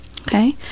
Okay